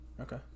Okay